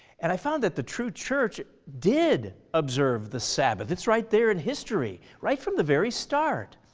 and i found that the true church did observe the sabbath, it's right there in history, right from the very start.